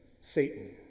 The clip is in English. Satan